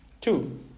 two